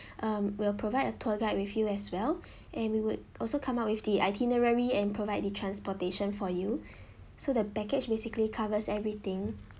um we'll provide a tour guide with you as well and we would also come up with the itinerary and provide the transportation for you so the package basically covers everything